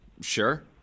sure